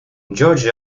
georgie